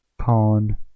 pawn